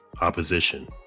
opposition